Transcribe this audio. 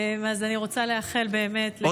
אני רוצה לאחל באמת לכל חברי הכנסת,